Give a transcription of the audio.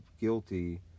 guilty